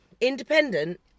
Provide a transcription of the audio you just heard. independent